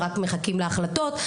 ורק מחכים להחלטות,